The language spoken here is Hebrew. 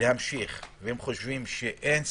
להמשיך וחושבים שאין סיכוי,